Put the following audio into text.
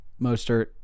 Mostert